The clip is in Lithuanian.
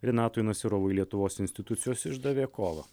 rinatui nasirovui lietuvos institucijos išdavė kovą